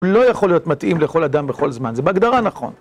לא יכול להיות מתאים לכל אדם בכל זמן, זה בהגדרה נכון.